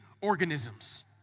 organisms